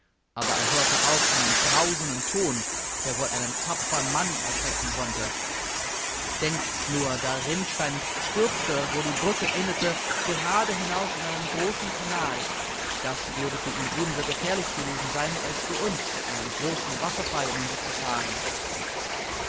aber er hörte auch einen brausenden ton der wohl einen tapfern mann erschrecken konnte denkt nur der rinnstein stürzte wo die brücke endete gerade hinaus in einen großen kanal das würde für ihn eben so gefährlich gewesen sein als für uns einen großen wasserfall hinunterzufahren